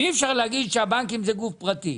ואי אפשר להגיד שהבנקים הם גוף פרטי.